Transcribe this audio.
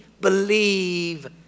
believe